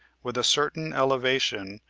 with a certain elevation,